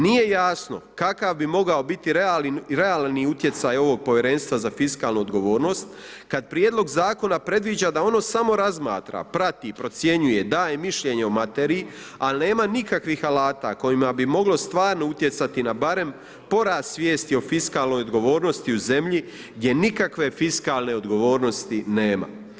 Nije jasno kakav bi mogao biti realni utjecaj ovog Povjerenstva za fiskalnu odgovornost, kad Prijedlog zakona predviđa da ono samo razmatra, prati, procjenjuje, daje mišljenje o materiji, ali nema nikakvih alata kojima bi moglo stvarno utjecati na barem porast svijesti o fiskalnoj odgovornosti u zemlji gdje nikakve fiskalne odgovornosti nema.